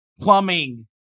plumbing